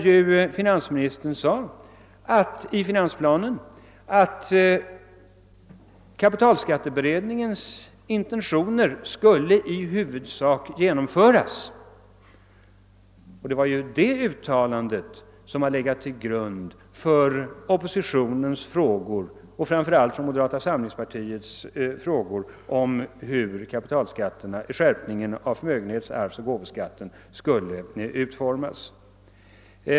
I finansplanen framhöll ju finansministern att kapitalskatteberedningens intentioner i huvudsak skul le genomföras, och det är det uttalandet som legat till grund för oppositionens och framför allt moderata samlingspartiets frågor om hur skärpningen av förmögenhets-, arvsoch gåvoskatterna skulle utformas.